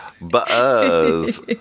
Buzz